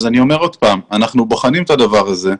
אני אומר שוב שאנחנו בוחנים את הדבר הזה.